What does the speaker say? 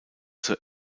zur